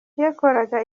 yakoraga